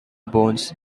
bones